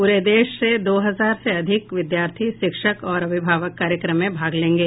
पूरे देश से दो हजार से अधिक विद्यार्थी शिक्षक और अभिभावक कार्यक्रम में भाग लेंगे